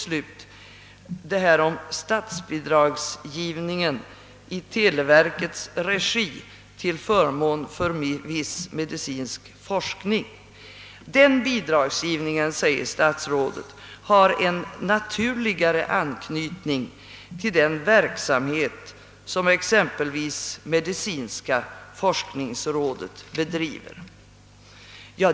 Statsbidragsgivningen i televerkets regi till förmån för viss medicinsk forskning har, säger statsrådet, en naturligare anknytning till exempelvis den verksamhet som medicinska forskningsrådet bedriver.